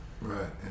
Right